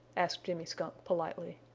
asked jimmy skunk, politely.